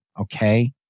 Okay